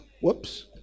whoops